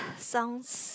sounds